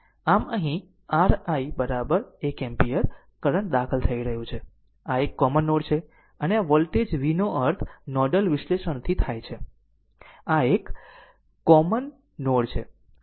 આમ અહીં r i 1 ampere current દાખલ થઈ રહ્યું છે આ એક કોમન નોડ છે અને આ વોલ્ટેજ V નો અર્થ નોડલ વિશ્લેષણથી થાય છે આ એક કોમન નોડ છે